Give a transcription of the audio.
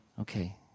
Okay